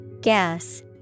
Gas